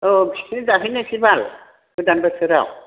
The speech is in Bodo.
अ पिकनिक जाहैनोसै बाल गोदान बोसोराव